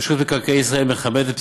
רשות מקרקעי ישראל מכבדת פסקי-דין.